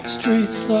Streets